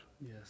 Yes